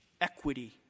Equity